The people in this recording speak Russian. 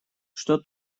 что